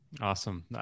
Awesome